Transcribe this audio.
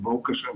זה ברור כשמש.